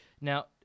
Now